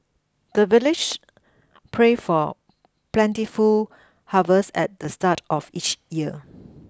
the villagers pray for plentiful harvest at the start of each year